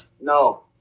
No